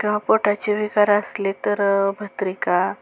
किंवा पोटाचे विकार असले तर भस्त्रिका